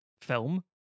film